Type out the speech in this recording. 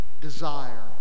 desire